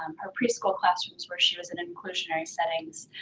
um her pre-school classrooms where she was in an inclusionary settings,